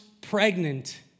pregnant